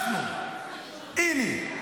הינה,